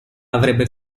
avrebbe